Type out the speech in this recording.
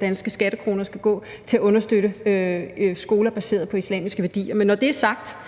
danske skattekroner ikke skal gå til at understøtte skoler baseret på islamiske værdier. Men når det er sagt,